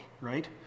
right